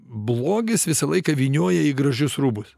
blogis visą laiką vynioja į gražius rūbus